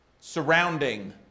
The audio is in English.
surrounding